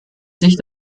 sich